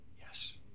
Yes